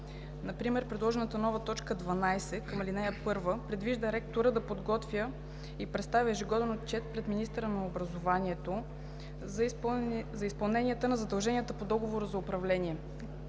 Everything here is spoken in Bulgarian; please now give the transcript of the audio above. Например предложената нова т. 12 към ал. 1 предвижда ректорът да подготвя и представя ежегоден отчет пред министъра на образованието и науката за изпълнение на задълженията по договора за управление.